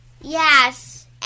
Yes